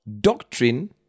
doctrine